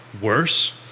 worse